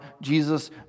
Jesus